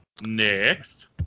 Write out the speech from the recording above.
Next